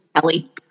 Kelly